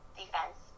defense